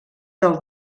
del